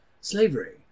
slavery